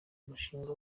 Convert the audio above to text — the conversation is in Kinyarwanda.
umushinga